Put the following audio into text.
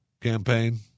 campaign